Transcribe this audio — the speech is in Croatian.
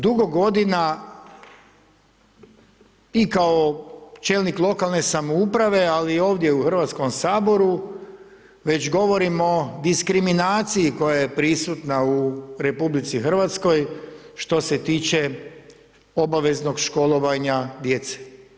Dugo godina i kao čelnik lokalne samouprave ali i ovdje u Hrvatskom saboru već govorimo o diskriminaciji koja je prisutna u RH što se tiče obaveznog školovanja djece.